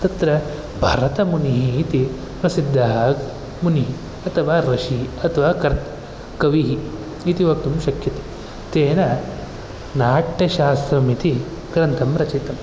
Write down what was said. तत्र भरतमुनिः इति प्रसिद्धः मुनिः अथवा महर्षि अथवा कविः इति वक्तुं शक्यते तेन नाट्यशास्त्रमिति ग्रन्थं रचितं